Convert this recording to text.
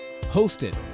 hosted